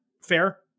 fair